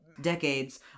decades